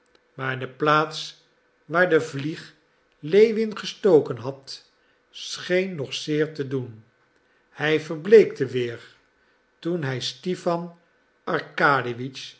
maar de plaats waar de vlieg lewin gestoken had scheen nog zeer te doen hij verbleekte weer toen hij stipan